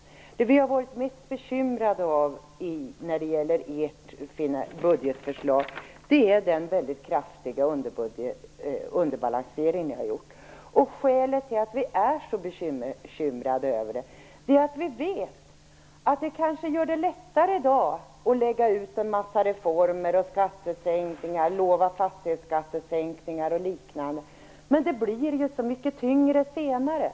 Det som har bekymrat oss mest när det gäller ert budgetförslag är den kraftiga underbalanseringen. Skälet till att vi är så bekymrade över detta är att vi vet att det kanske gör det lättare i dag att lägga ut reformer och lova fastighetsskattesänkningar etc. men det blir så mycket tyngre senare.